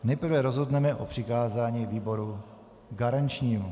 Nejprve rozhodneme o přikázání výboru garančnímu.